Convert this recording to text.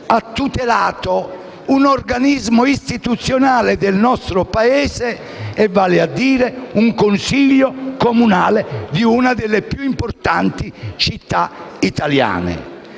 ha tutelato un organismo istituzionale del nostro Paese, vale a dire il Consiglio comunale di una delle più importanti città italiane.